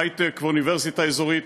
היי-טק ואוניברסיטה אזורית,